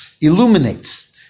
illuminates